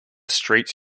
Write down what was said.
streets